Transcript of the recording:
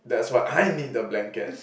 that's why I need the blanket